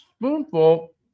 spoonful